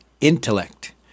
intellect